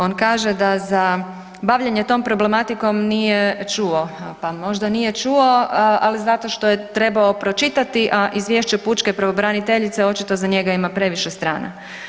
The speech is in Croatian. On kaže da za bavljenje tom problematikom nije čuo, pa možda nije čuo, ali zato što je trebao pročitati, a izvješće pučke pravobraniteljice očito za njega ima previše strana.